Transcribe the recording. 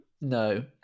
no